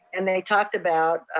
and they talked about,